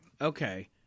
Okay